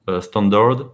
standard